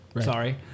Sorry